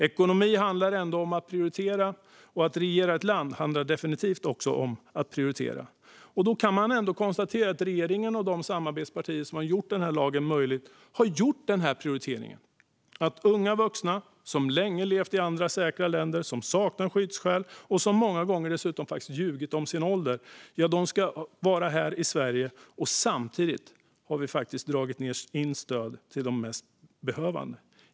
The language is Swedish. Ekonomi handlar ändå om att prioritera, och att regera ett land handlar definitivt också om att prioritera. Då kan man ändå konstatera att regeringen och de samarbetspartier som har gjort den här lagen möjlig har gjort denna prioritering: att unga vuxna som länge levt i andra säkra länder, som saknar skyddsskäl och som många gånger dessutom faktiskt ljugit om sin ålder ska få vara här i Sverige, samtidigt som vi faktiskt dragit in stöd till de mest behövande.